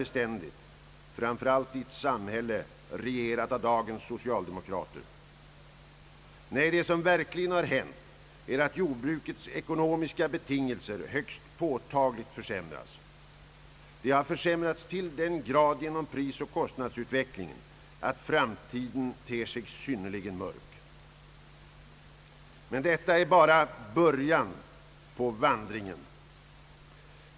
beständigt, framför allt i ett samhälle regerat av dagens socialdemokrater. Nej, det som verkligen har hänt är att jordbrukets ekonomiska betingelser högst påtagligt försämrats. De har försämrats till den grad genom prisoch kostnadsutvecklingen att framtiden ter sig synnerligen mörk. Men detta är bara början på vandringen.